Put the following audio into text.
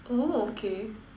oh okay